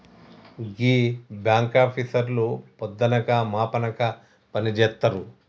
గీ బాంకాపీసర్లు పొద్దనక మాపనక పనిజేత్తరు